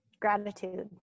gratitude